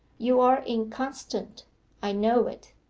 you are inconstant i know it.